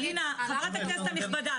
חברת הכנסת הנכבדה,